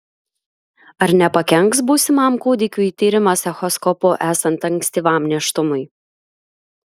ar nepakenks būsimam kūdikiui tyrimas echoskopu esant ankstyvam nėštumui